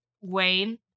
Wayne